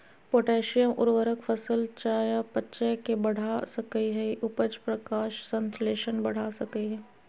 potassium उर्वरक फसल चयापचय के बढ़ा सकई हई, उपज, प्रकाश संश्लेषण बढ़ा सकई हई